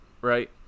Right